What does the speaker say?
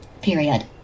Period